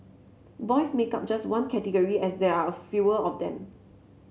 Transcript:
boys make up just one category as there are a fewer of them